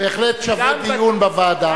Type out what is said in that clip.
בהחלט שווה דיון בוועדה.